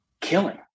killing